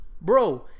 Bro